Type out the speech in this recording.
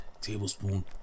tablespoon